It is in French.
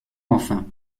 enfin